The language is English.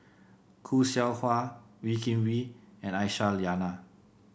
Khoo Seow Hwa Wee Kim Wee and Aisyah Lyana